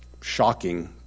shocking